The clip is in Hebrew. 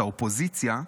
את האופוזיציה,